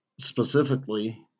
specifically